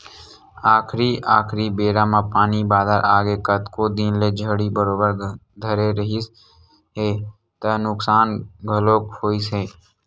आखरी आखरी बेरा म पानी बादर आगे कतको दिन ले झड़ी बरोबर धरे रिहिस हे त नुकसान घलोक होइस हे